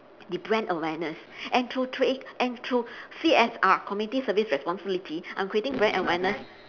the brand awareness and through thr~ and through C_S_R community service responsibility I'm creating brand awareness